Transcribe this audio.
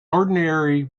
ordinary